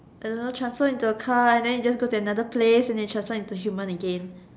I don't know transform into a car and then you just go to another place and then you transform into human again